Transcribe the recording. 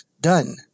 done